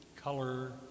color